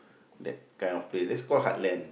that kind of place that's call heartland